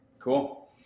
Cool